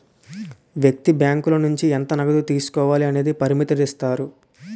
వ్యక్తి బ్యాంకుల నుంచి ఎంత నగదు తీసుకోవాలి అనేది పరిమితుదిస్తారు